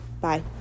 bye